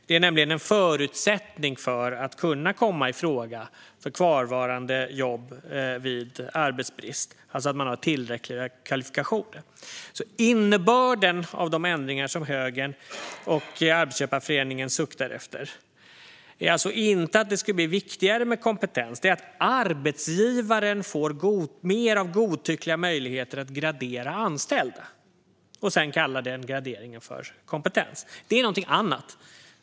Det är nämligen en förutsättning för att kunna komma i fråga för kvarvarande jobb vid arbetsbrist, alltså att man har tillräckliga kvalifikationer. Innebörden av de ändringar som högern och arbetsköparföreningen suktar efter är alltså inte att det ska bli viktigare med kompetens, utan det är att arbetsgivaren ska få mer av godtyckliga möjligheter att gradera anställda och sedan kalla denna gradering för kompetens. Det är någonting annat.